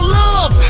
love